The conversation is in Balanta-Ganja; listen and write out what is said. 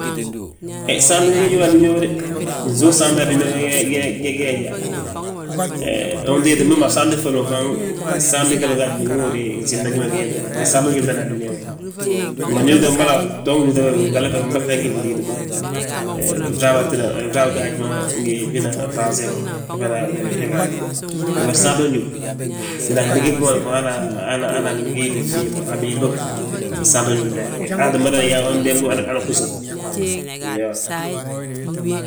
He gsaanti ge, ge ñóba a dúniyaa wo de, ginsów gsaant a diniyaa, we ge gee yyaa. Unto wéeti mem a fsaanti ffoda faŋ, gsaant golla gaaj gima húri yaa, nsiimna gi ma gi ge wéntele, mee gsaanti ma ñób ndaani a dúniyaa ma. Mbo ndu uto mbolo, a btoo giluuŧa fgale, fe mbolo fee ngi ftíiti ma. Frabaa ttinan, frab gaaji ma, ngi fina franse fo, fe fana fe gaaji ma. Iyoo, bari gsaanti ma ñóbu, tita a fnɓigi fmoon fo hana a gɓigi fhii ma a béedi bógi, gsaanti ma ñób ndaani, aa tti mada yaa undeem gi hanu ugí sów iyoo.